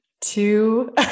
two